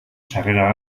sarrera